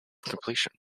completion